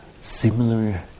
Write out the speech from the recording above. similar